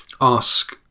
ask